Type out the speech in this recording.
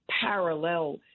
parallel